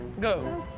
go.